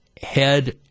head